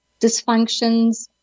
dysfunctions